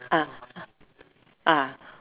ah ah